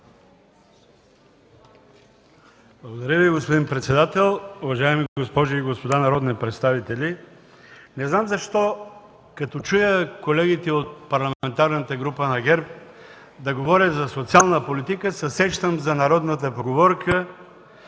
Благодаря Ви, господин председател. Уважаеми госпожи и господа народни представители! Не знам защо, като чуя колегите от Парламентарната група на ГЕРБ да говорят за социална политика, се сещам за народната поговорка: